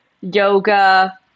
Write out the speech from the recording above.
yoga